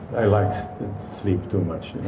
i like sleep too much.